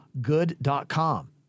Good.com